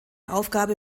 aufgabe